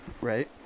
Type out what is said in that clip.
right